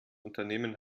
unternehmen